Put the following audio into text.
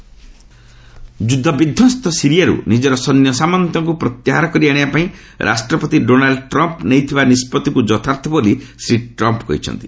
Trump Syria ଯୁଦ୍ଧ ବିଧ୍ୱଂସ୍ତ ସିରିଆରୁ ନିଜର ସୈନ୍ୟସାମନ୍ତଙ୍କୁ ପ୍ରତ୍ୟାହାର କରି ଆଣିବା ପାଇଁ ରାଷ୍ଟ୍ରପତି ଡୋନାଲ୍ଡ୍ ଟ୍ରମ୍ପ୍ ନେଇଥିବା ନିଷ୍ପତ୍ତିକୁ ଯଥାର୍ଥ ବୋଲି ଶ୍ରୀ ଟ୍ରମ୍ପ କହିଛନ୍ତି